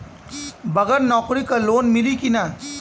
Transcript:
बगर नौकरी क लोन मिली कि ना?